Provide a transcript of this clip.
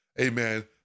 amen